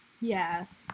Yes